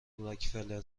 راکفلر